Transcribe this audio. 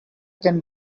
can